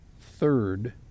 third